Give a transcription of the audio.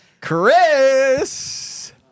Chris